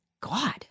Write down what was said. God